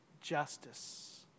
justice